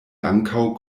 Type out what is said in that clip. ankaŭ